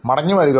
മടങ്ങി വരിക